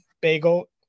Bagel